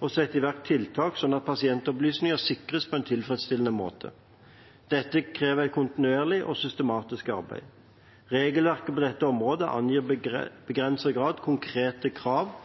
og sette i verk tiltak slik at pasientopplysninger sikres på en tilfredsstillende måte. Dette krever et kontinuerlig og systematisk arbeid. Regelverket på dette området angir i begrenset grad konkrete krav